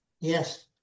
Yes